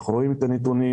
אנחנו רואים את הנתונים.